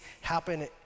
happen